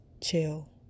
chill